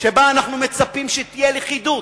שבה אנחנו מצפים שתהיה לכידות.